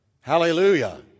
Hallelujah